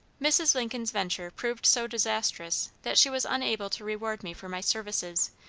mrs. lincoln's venture proved so disastrous that she was unable to reward me for my services,